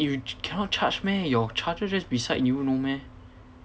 you ch~ cannot charge meh your charger just beside you no meh